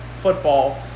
football